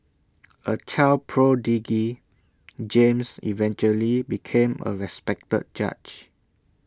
A child prodigy James eventually became A respected judge